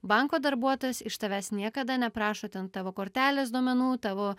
banko darbuotojas iš tavęs niekada neprašo ten tavo kortelės duomenų tavo